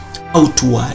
Outward